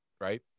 Right